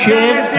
הערבית.